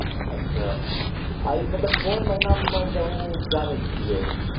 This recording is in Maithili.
अच्छा आ ई मतलब कोन महिनामे गेहूॅंम उपजाबै छियै